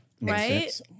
Right